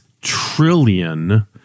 trillion